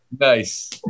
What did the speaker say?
Nice